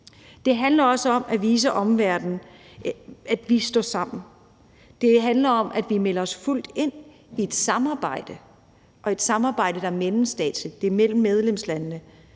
Det handler også om at vise omverdenen, at vi står sammen. Det handler om, at vi melder os fuldt ind i et samarbejde og i et samarbejde, der er mellemstatsligt. Det er mellem medlemslandene.